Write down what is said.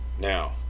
Now